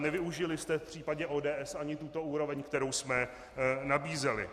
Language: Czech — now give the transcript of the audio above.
Nevyužili jste v případě ODS ani tuto úroveň, kterou jsme nabízeli.